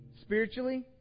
spiritually